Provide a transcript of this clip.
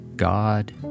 God